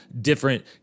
different